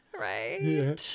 Right